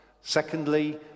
Secondly